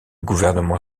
gouvernement